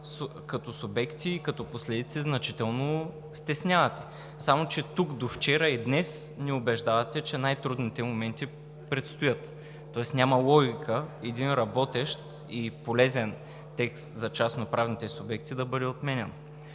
като субекти и като последици значително стеснявате, само че тук до вчера и днес ни убеждавате, че най-трудните моменти предстоят, тоест няма логика един работещ и полезен текст за частноправните субекти да бъде отменян.